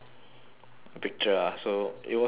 picture ah so it was you ah it